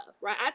right